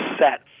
set